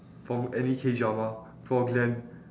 from any K-drama for glen